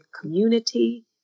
community